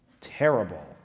terrible